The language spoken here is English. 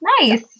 Nice